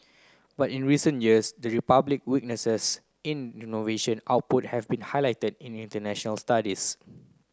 but in recent years the Republic weaknesses in innovation output have been highlighted in international studies